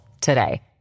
today